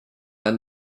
and